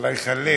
אללה יחליכ.